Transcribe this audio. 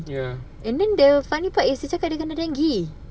ya